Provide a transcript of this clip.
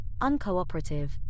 uncooperative